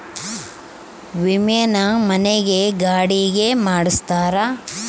ವಿಮೆನ ಮನೆ ಗೆ ಗಾಡಿ ಗೆ ಮಾಡ್ಸ್ತಾರ